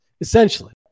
Essentially